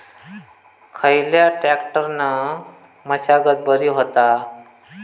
खयल्या ट्रॅक्टरान मशागत बरी होता?